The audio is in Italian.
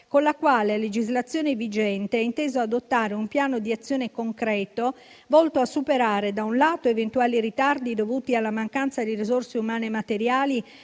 con la quale a legislazione vigente ha inteso adottare un piano di azione concreto volto a superare, da un lato, eventuali ritardi dovuti alla mancanza di risorse umane e materiali